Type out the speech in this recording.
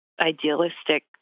idealistic